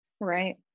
Right